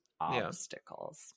Obstacles